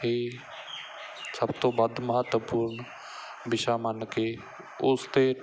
ਹੀ ਸਭ ਤੋਂ ਵੱਧ ਮਹੱਤਵਪੂਰਨ ਵਿਸ਼ਾ ਮੰਨ ਕੇ ਉਸ 'ਤੇ